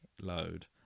load